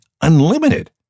unlimited